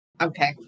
okay